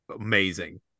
amazing